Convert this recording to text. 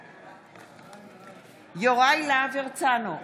בעד יוראי להב הרצנו,